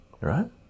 Right